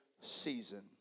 season